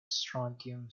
strontium